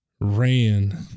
ran